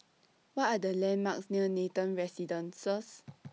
What Are The landmarks near Nathan Residences